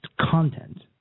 content